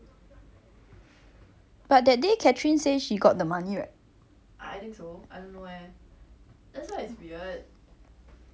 wait catherine say she didn't get the money but she got go say pledge also right right